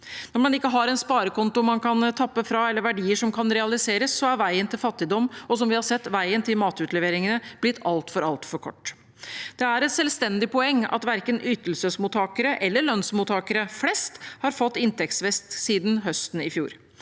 Når man ikke har en sparekonto man kan tappe fra, eller verdier som kan realiseres, er veien til fattigdom – og som vi har sett, veien til matutleveringene – blitt altfor, altfor kort. Det er et selvstendig poeng at verken ytelsesmottakere eller lønnsmottakere flest har fått inntektsvekst siden høsten i fjor.